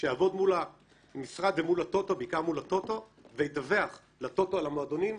שיעבוד מול המשרד ובעיקר מול הטוטו וידווח לטוטו על המועדונים,